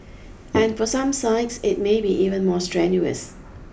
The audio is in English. and for some sites it may be even more strenuous